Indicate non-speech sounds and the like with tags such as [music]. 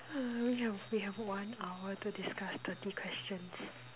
[noise] we have we have one hour to discuss thirty questions